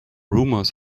rumors